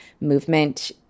movement